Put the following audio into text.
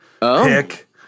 pick